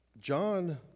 John